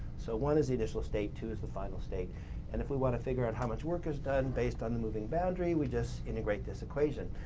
so, one is the initial state, two is the final state and if we want to figure out how much work is done based on the moving boundary we just integrate this equation.